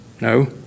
No